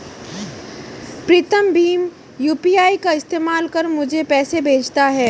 प्रीतम भीम यू.पी.आई का इस्तेमाल कर मुझे पैसे भेजता है